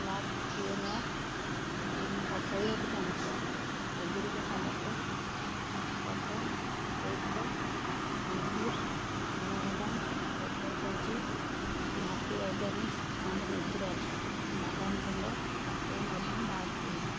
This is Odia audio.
ବ୍ଲାକ୍ କ୍ୱିନୋଆ ବ୍ଲାକ୍ କ୍ୱିନୋଆ ହଟାଇବାକୁ ଚାହୁଁଛି ଏଗୁଡ଼ିକ ସମସ୍ତେ ଡ ୱେତ୍କର୍ ଫନ୍ ଫୁଡ଼୍ସ୍ ଚିନା ବାଦାମ butter crunchy Dhatu organics and naturals ବାଦାମ ଗୁଣ୍ଡକୁ ମଧ୍ୟ ବାଦ୍ ଦିଅନ୍ତୁ